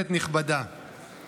ניכר שהיא באה ממקום טוב אצלך,